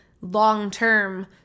long-term